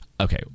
okay